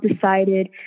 decided